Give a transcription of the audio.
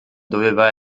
doveva